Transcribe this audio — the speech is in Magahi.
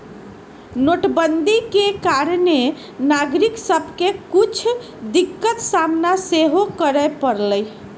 नोटबन्दि के कारणे नागरिक सभके के कुछ दिक्कत सामना सेहो करए परलइ